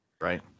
Right